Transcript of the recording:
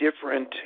different